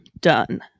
done